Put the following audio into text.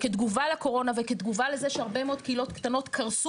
כתגובה לקורונה וכתגובה לזה שהרבה מאוד קהילות קטנות קרסו